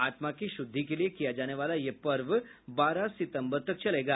आत्मा की शुद्धी के लिए किया जाने वाला यह पर्व बारह सितम्बर तक चलेगा